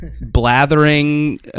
blathering